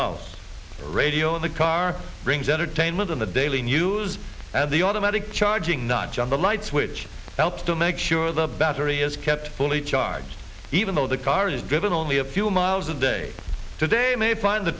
house radio in the car brings entertainment in the daily news and the automatic charging not just the lights which helps to make sure the battery is kept fully charged even though the car is driven only a few miles a day today may find the